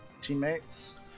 teammates